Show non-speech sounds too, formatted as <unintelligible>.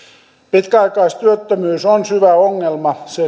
pitkäaikaistyöttömyys on syvä ongelma se <unintelligible>